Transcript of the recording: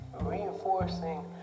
reinforcing